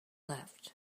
left